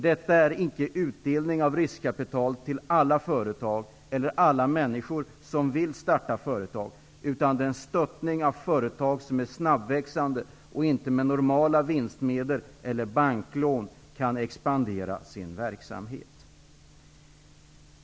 Detta är nämligen icke utdelning av riskkapital till alla företag eller alla människor som vill starta företag utan det är en stöttning av företag som är snabbväxande och som inte med normala vinstmedel eller banklån kan expandera sin verksamhet.